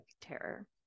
terror